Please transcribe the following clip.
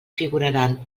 figuraran